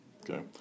okay